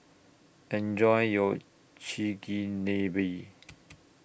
Enjoy YOU Chigenabe